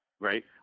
right